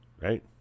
Right